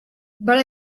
but